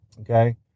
okay